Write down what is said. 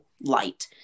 light